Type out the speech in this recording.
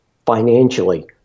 financially